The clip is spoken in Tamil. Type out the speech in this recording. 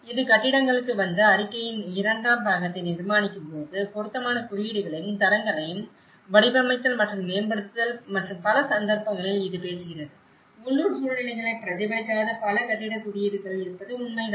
இது கட்டிடங்களுக்கு வந்து அறிக்கையின் 2 ஆம் பாகத்தை நிர்மாணிக்கும்போது பொருத்தமான குறியீடுகளையும் தரங்களையும் வடிவமைத்தல் மற்றும் மேம்படுத்துதல் மற்றும் பல சந்தர்ப்பங்களில் இது பேசுகிறது உள்ளூர் சூழ்நிலைகளை பிரதிபலிக்காத பல கட்டிடக் குறியீடுகள் இருப்பது உண்மை தான்